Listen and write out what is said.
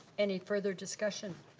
any further discussion.